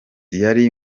yari